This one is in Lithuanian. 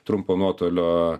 trumpo nuotolio